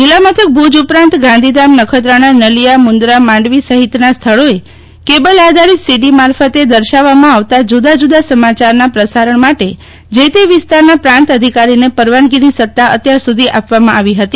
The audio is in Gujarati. જિલ્લામથક ભુજ ઉપરાંત ગાંધીધામ નખત્રાણા નલિયા મુંદરા માંડવી સફિતના સ્થળોએ કેબલ આધારિત સીડી મારફતે દર્શાવવામાં આવતા જુદા જુદા સમાચારના પ્રસારણ માટે જે તે વિસ્તારના પ્રાંત અધિકારીને પરવાનગીની સત્તા અત્યાર સુધી આપવામાં આવી ફતી